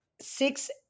six